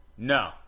No